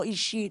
לא אישי,